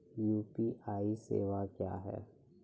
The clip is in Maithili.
यु.पी.आई सेवा क्या हैं?